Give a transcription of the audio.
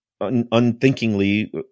unthinkingly